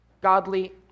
Godly